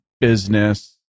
business